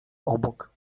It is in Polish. obok